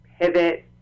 pivot